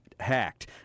hacked